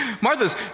Martha's